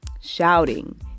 shouting